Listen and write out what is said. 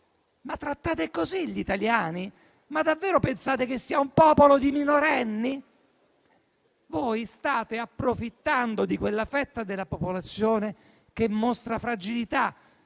Trattate così gli italiani? Davvero pensate che siano un popolo di minorenni? Voi state approfittando di quella fetta della popolazione che mostra fragilità.